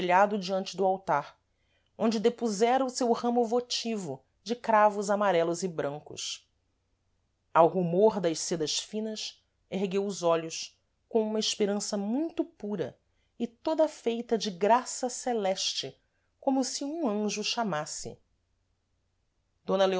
ajoelhado diante do altar onde depusera o seu ramo votivo de cravos amarelos e brancos ao rumor das sêdas finas ergueu os olhos com uma esperança muito pura e toda feita de graça celeste como se um anjo o chamasse d